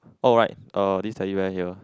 alright uh this teddy bear here